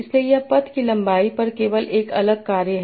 इसलिए यह पथ की लंबाई पर केवल एक अलग कार्य है